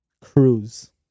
cruise